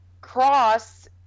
Cross